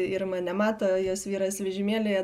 ir mane mato jos vyras vežimėlyje